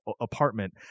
apartment